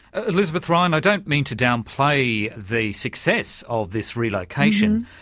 elizabeth ryan, i don't mean to downplay the success of this relocation,